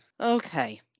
okay